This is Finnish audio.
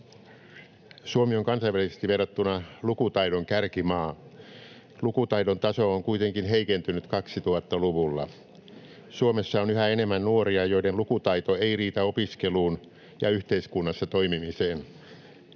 Suomi on kansainvälisesti verrattuna lukutaidon kärkimaa. Lukutaidon taso on kuitenkin heikentynyt 2000-luvulla. Suomessa on yhä enemmän nuoria, joiden lukutaito ei riitä opiskeluun ja yhteiskunnassa toimimiseen.